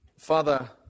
Father